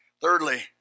Thirdly